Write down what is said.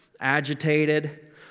agitated